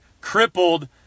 crippled